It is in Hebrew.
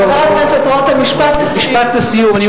משפט לסיום.